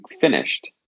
finished